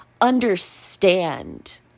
understand